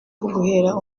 guhera